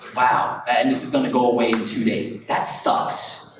wow, and this is gonna go away in two days. that sucks.